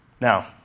Now